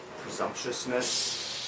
presumptuousness